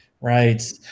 Right